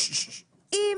אם